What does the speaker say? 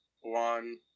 one